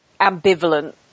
ambivalent